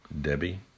Debbie